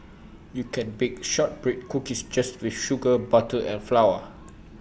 you can bake Shortbread Cookies just with sugar butter and flour